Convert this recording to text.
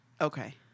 okay